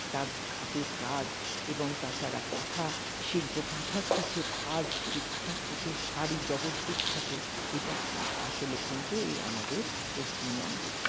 তার হাতের কাজ এবং তাছাড়া কাঁথা শিল্প কাঁথাস্টিচের কাজ যে কাঁথাস্টিচের শাড়ি জগৎ বিখ্যাত এটা আসলে কিন্তু এ আমাদের পশ্চিমবঙ্গের